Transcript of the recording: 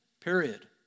Period